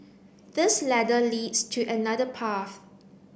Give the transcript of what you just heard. this ladder leads to another path